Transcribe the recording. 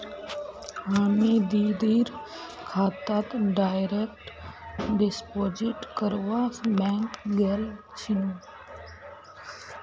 हामी दीदीर खातात डायरेक्ट डिपॉजिट करवा बैंक गेल छिनु